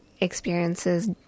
experiences